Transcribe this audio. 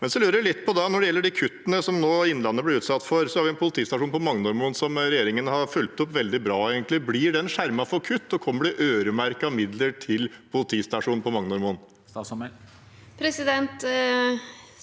når det gjelder de kuttene som Innlandet nå blir utsatt for. Det er en politistasjon på Magnormoen som regjeringen har fulgt opp veldig bra. Blir den skjermet for kutt, og kommer det øremerkede midler til denne politistasjonen? Statsråd